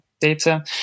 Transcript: data